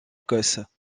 écosse